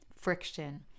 friction